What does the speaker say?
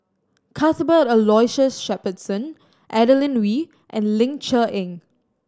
Cuthbert Aloysius Shepherdson Adeline Ooi and Ling Cher Eng